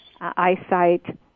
eyesight